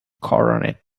coronet